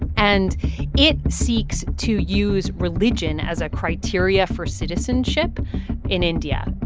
and it seeks to use religion as a criteria for citizenship in india.